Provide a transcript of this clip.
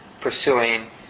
pursuing